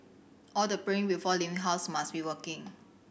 all the praying before leaving house must be working